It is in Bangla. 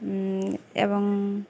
এবং